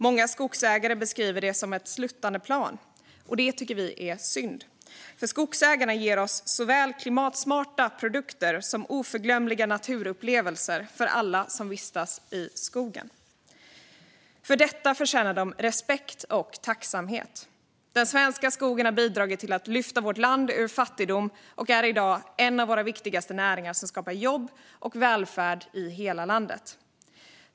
Många skogsägare beskriver det som ett sluttande plan. Det tycker vi är synd, för skogsägarna ger oss såväl klimatsmarta produkter som oförglömliga naturupplevelser för alla som vistas i skogen. För detta förtjänar de respekt och tacksamhet. Den svenska skogen har bidragit till att lyfta vårt land ur fattigdom och är i dag en av våra viktigaste näringar, som skapar jobb och välfärd i hela landet.